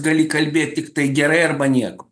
gali kalbėt tiktai gerai arba nieko